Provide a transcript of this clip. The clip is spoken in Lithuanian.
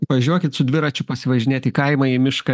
važiuokit su dviračiu pasivažinėt į kaimą į mišką